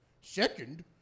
Second